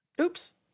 oops